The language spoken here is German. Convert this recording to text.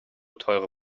teure